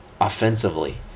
offensively